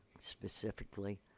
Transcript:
specifically